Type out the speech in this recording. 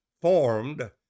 formed